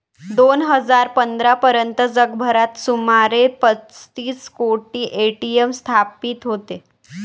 दोन हजार पंधरा पर्यंत जगभरात सुमारे पस्तीस कोटी ए.टी.एम स्थापित होते